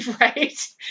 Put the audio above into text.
Right